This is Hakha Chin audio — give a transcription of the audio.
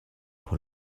kho